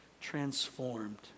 transformed